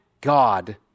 God